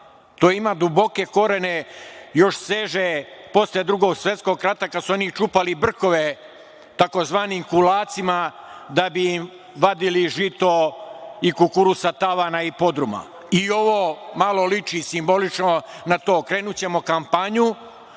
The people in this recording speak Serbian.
To ima duboke korene, još seže posle Drugog svetskog rata, kada su oni čupali brkove tzv. kulacima da bi im vadili žito i kukuruz sa tavana i podruma i ovo malo lični simbolično na to. Krenućemo kampanju,